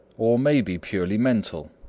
or may be purely mental,